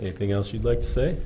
anything else you'd like to s